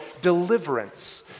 deliverance